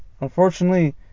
unfortunately